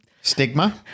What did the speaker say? Stigma